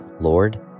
Lord